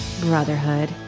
brotherhood